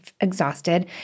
exhausted